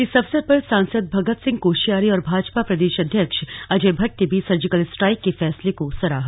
इस अवसर पर सांसद भगत सिंह कोश्यारी और भाजपा प्रदेश अध्यक्ष अजय भट्ट ने भी सर्जिकल स्ट्राइक के फैसले को सराहा